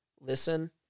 listen